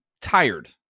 tired